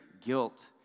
guilt